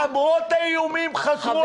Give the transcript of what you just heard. למרות האיומים חקרו את ראש הממשלה.